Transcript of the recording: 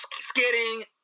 skidding